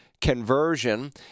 conversion